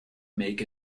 make